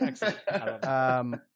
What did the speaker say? excellent